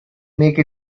make